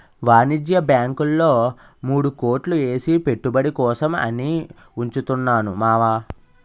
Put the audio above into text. వాణిజ్య బాంకుల్లో మూడు కోట్లు ఏసి పెట్టుబడి కోసం అని ఉంచుతున్నాను మావా